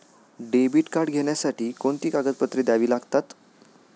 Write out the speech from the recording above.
Debit card घेण्यासाठी कोणती कागदपत्रे द्यावी लागतात?